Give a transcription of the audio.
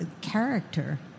character